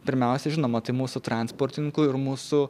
pirmiausia žinoma tai mūsų transportininkų ir mūsų